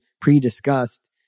pre-discussed